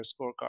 scorecard